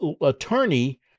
attorney